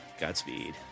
Godspeed